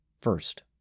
first